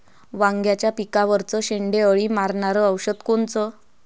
वांग्याच्या पिकावरचं शेंडे अळी मारनारं औषध कोनचं?